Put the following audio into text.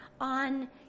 on